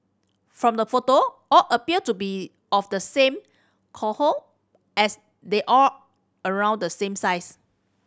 from the photo all appear to be of the same cohort as they are around the same size